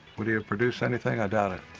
would he have produced anything? i doubt it.